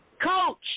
coach